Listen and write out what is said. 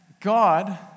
God